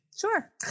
Sure